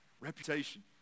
reputation